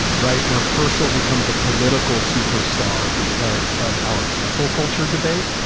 right where herschel becomes a political superstar because of our council culture debate.